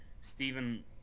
Stephen